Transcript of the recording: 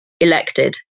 elected